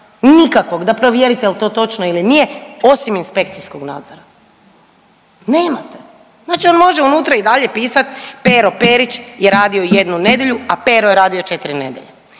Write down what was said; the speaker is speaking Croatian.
nikakvog da provjerite jel to točno ili nije osim inspekcijskog nadzora. Nemate. Znači on može unutra i dalje pisat Pero Perić je radio jednu nedjelju, a Pero je radio 4 nedjelje.